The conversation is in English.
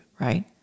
right